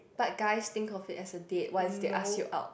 but guys think of it as a date once they ask you out